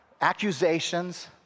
accusations